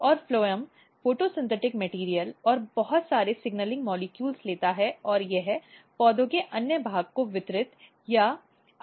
और phloem photosynthetic सामग्री और बहुत सारे सिग्नलिंग मॉलिक्यूल लेता है और यह पौधों के अन्य भाग को वितरित या आवंटित करता है